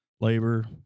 labor